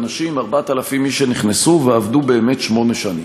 4,000 איש שנכנסו ועבדו באמת שמונה שנים.